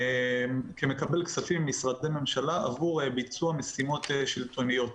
כמקבל כספים ממשרדי ממשלה עבור ביצוע של משימות שלטוניות.